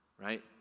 right